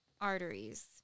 arteries